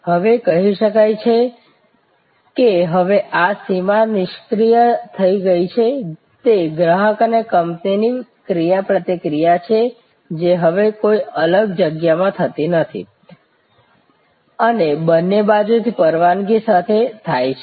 હવે કહી શકાય કે હવે આ સીમા નિષ્ક્રિય થઈ ગઈ છે તે ગ્રાહક અને કંપનીની ક્રિયાપ્રતિક્રિયા છે જે હવે કોઈ અલગ જગ્યામાં થતી નથી અને બંને બાજુ થી પરવાનગી સાથે થાય છે